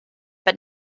but